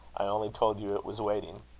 i only told you it was waiting.